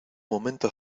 momento